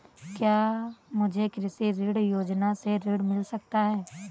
क्या मुझे कृषि ऋण योजना से ऋण मिल सकता है?